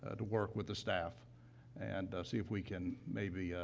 ah to work with the staff and, ah, see if we can maybe, ah,